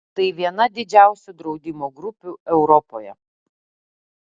tai viena didžiausių draudimo grupių europoje